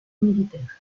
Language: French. militaire